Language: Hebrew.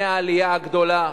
בימי העלייה הגדולה,